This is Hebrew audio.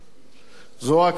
זו הקריאה האחרונה,